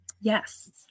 yes